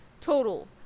total